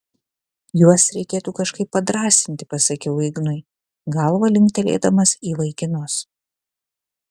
juos reikėtų kažkaip padrąsinti pasakiau ignui galva linktelėdamas į vaikinus